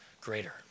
greater